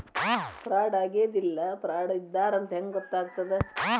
ಫ್ರಾಡಾಗೆದ ಇಲ್ಲ ಫ್ರಾಡಿದ್ದಾರಂತ್ ಹೆಂಗ್ ಗೊತ್ತಗ್ತದ?